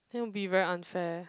then will be very unfair